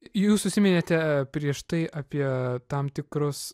jūs užsiminėte prieš tai apie tam tikrus